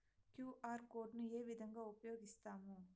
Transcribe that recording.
QR code ను ఏ విధంగా ఉపయగిస్తాము?